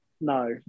No